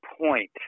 point